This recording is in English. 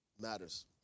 matters